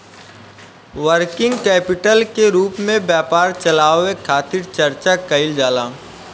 working capital के रूप में व्यापार चलावे खातिर चर्चा कईल जाला